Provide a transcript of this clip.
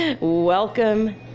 Welcome